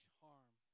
harm